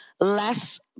less